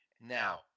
Now